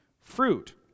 fruit